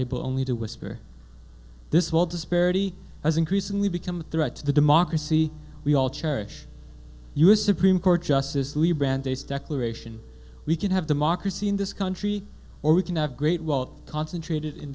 only to whisper this wealth disparity has increasingly become a threat to the democracy we all cherish you a supreme court justice li brandeis declaration we can have democracy in this country or we can have great wealth concentrated in